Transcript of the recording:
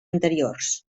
anteriors